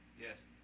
Yes